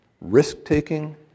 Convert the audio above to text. Risk-taking